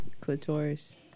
clitoris